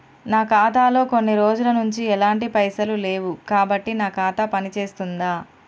నా ఖాతా లో కొన్ని రోజుల నుంచి ఎలాంటి పైసలు లేవు కాబట్టి నా ఖాతా పని చేస్తుందా?